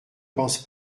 pense